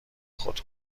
خود